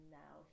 now